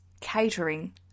catering